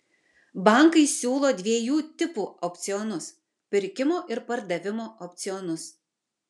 bankai siūlo dviejų tipų opcionus pirkimo ir pardavimo opcionus